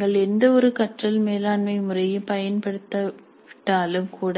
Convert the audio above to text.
நீங்கள் எந்தவொரு கற்றல் மேலாண்மை முறையையும் பயன்படுத்தாவிட்டாலும் கூட